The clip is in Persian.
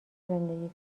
زندگی